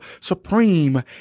supreme